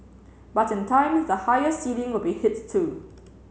but in time the higher ceiling will be hit too